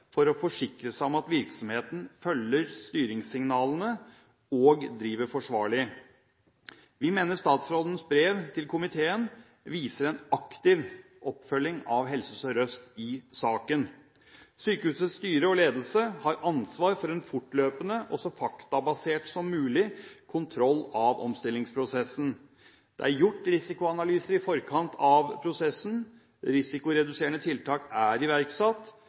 for å forsikre seg om at virksomheten følger styringssignalene og driver forsvarlig. Vi mener at statsrådens brev til komiteen viser en aktiv oppfølging av Helse Sør-Øst i saken. Sykehusets styre og ledelse har ansvar for en fortløpende, og så faktabasert som mulig, kontroll av omstillingsprosessen. Det er gjort risikoanalyser i forkant av prosessen. Risikoreduserende tiltak er iverksatt,